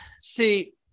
see